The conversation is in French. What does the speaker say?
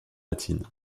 latine